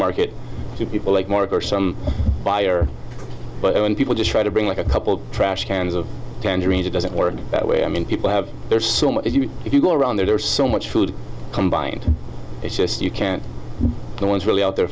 market to people like mark or some buyer but when people just try to bring like a couple trash cans of tangerines it doesn't work that way i mean people have there's so much if you if you go around there's so much food combined it's just you can't no one's really out there